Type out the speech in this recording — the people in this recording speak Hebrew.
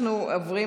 נתקבלה.